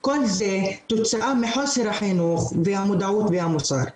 כל זה כתוצאה מחוסר החינוך והמודעות והמוסר.